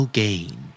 gain